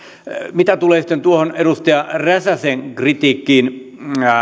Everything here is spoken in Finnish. mitä tulee sitten tuohon edustaja räsäsen kritiikkiin